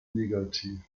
negativ